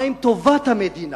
מה עם טובת המדינה?